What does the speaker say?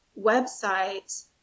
website